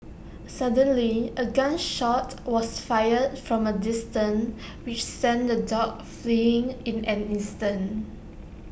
suddenly A gun shot was fired from A distance which sent the dogs fleeing in an instant